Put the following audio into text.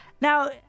Now